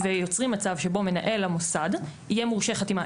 ויוצרים מצב שבו מנהל המוסד יהיה מורשה חתימה,